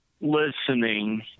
listening